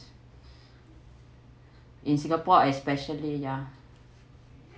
in singapore especially ya